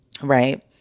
Right